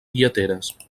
lleteres